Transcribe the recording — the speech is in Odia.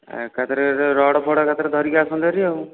ଏକାଥରେ ରଡ଼୍ ଫଡ୍ ଏକାଥରେ ଧରିକି ଆସନ୍ତେ ଭାରି ଆଉ